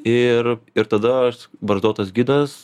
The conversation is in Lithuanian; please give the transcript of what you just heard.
ir ir tada aš barzdotas gidas